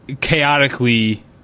chaotically